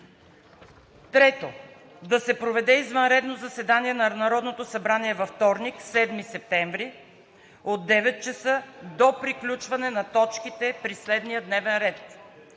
3. Да се проведе извънредно заседание на Народното събрание във вторник, 7 септември 2021 г., от 9,00 ч. до приключване на точките при следния дневен ред: